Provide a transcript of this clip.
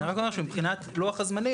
אני רק אומר שמבחינת לוח הזמנים.